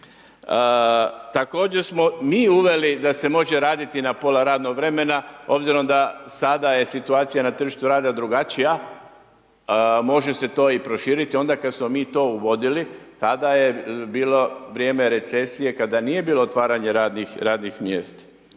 Također smo mi uveli da se može raditi na pola radnog vremena obzirom da sada je situacija na tržištu rada drugačija, može se to i proširiti, onda kada smo mi to uvodili, tada je bilo vrijeme recesije, kada nije bilo otvaranje radnih mjesta.